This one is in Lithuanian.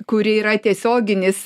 kuri yra tiesioginis